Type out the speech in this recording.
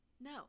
no